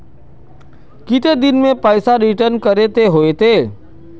कितने दिन में पैसा रिटर्न करे के होते?